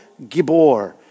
Gibor